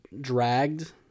dragged